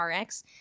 Rx